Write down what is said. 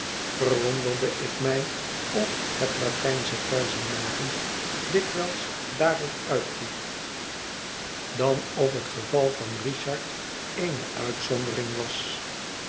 verwonderde ik mij of het latijnsche verzenmaken dikwijls daarop uitliep dan of het geval van richard eene uitzondering was